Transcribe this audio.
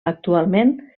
actualment